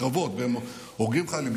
והם הורגים חיילים.